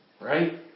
right